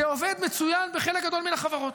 זה עובד מצוין בחלק גדול מן החברות.